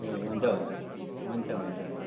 ए हुन्छ हुन्छ हुन्छ हुन्छ हुन्छ हुन्छ